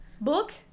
Book